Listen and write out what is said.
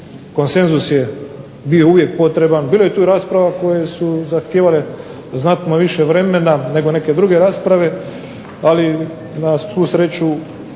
Konsenzus je bio uvijek potreban. Bilo je tu i rasprava koje su zahtijevale znatno više vremena nego neke druge rasprave. Ali na svu sreću